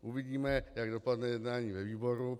Uvidíme, jak dopadne jednání ve výboru.